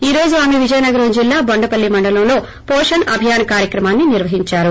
ఈ రోజు ఆమె విజయనగరం జిల్లా బొండపల్లి మండలంలో పోషణ్ అభియాస్ కార్యక్రమం నిర్యహించారు